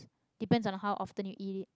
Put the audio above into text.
depends on how often you eat it